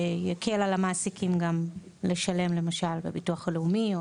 זה יקל על המעסיקים לשלם גם בביטוח הלאומי,